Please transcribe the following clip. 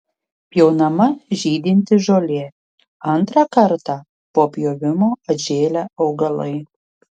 pjaunama žydinti žolė antrą kartą po pjovimo atžėlę augalai